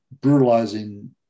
brutalizing